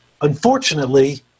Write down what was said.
unfortunately